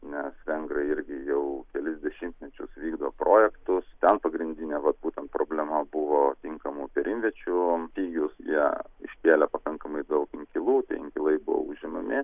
nes vengrai irgi jau kelis dešimtmečius vykdo projektus ten pagrindinė vat būtent problema buvo tinkamų perimviečių stygius jie iškėlė pakankamai daug inkilų tie inkilai buvo užimami